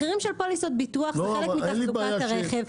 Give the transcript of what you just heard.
מחירים של פוליסות ביטוח זה חלק מתחזוקת הרכב,